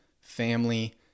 family